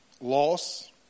loss